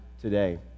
today